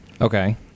Okay